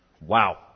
Wow